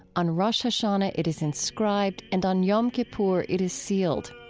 on rosh hashanah, it is inscribed, and on yom kippur, it is sealed.